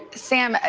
sam, ah